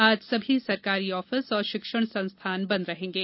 आज सभी सरकारी ऑफिस और शिक्षण संस्थान बंद रहेंगे